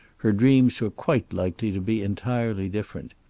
her dreams were quite likely to be entirely different.